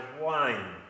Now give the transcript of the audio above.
wine